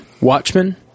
Watchmen